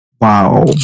Wow